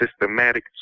systematic